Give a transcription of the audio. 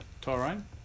Tyrone